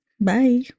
bye